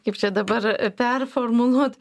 kaip čia dabar performuluot